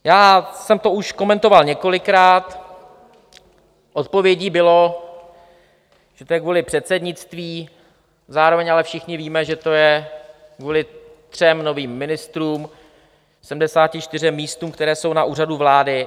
Já jsem to už komentoval několikrát, odpovědí bylo, že to je kvůli předsednictví, zároveň ale všichni víme, že to je kvůli třem novým ministrům, 74 místům, která jsou na Úřadu vlády.